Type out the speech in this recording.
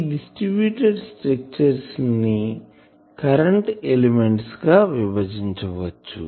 ఈ distributed structure ని current elements గా విభజించవచ్చు